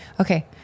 Okay